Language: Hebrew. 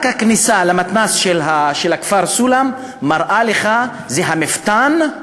רק הכניסה למתנ"ס של הכפר סולם מראה לך, זה המפתן,